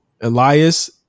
Elias